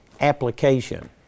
application